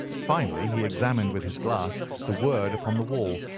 finally, he examined with his glass the word upon the wall,